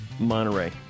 Monterey